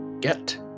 get